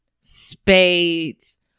spades